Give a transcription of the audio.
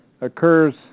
occurs